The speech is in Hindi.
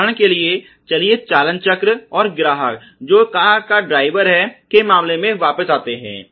उदाहरण के लिए चलिए चालनचक्र और ग्राहक जो कार का ड्राइवर है के मामले में वापस आते हैं